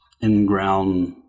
in-ground